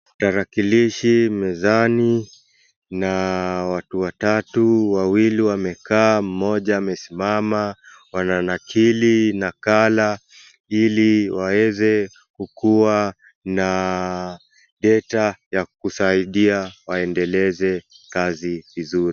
Tarakilishi mezani na watu watatu, wawili wamekaa, mmoja amesimama wananakili nakala ili waweze kukuwa na data ya kusaidia waendeleze kazi vizuri.